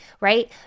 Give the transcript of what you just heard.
right